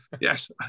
yes